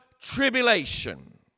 tribulation